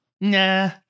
nah